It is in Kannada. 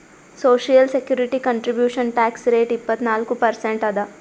social security contribution tax rate ಇಪ್ಪತ್ನಾಲ್ಕು ಪರ್ಸೆಂಟ್ ಅದ